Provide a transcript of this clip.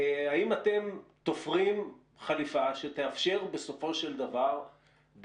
אתם תופרים חליפה שתאפשר בסופו של דבר,